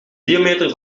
diameter